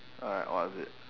alright what is it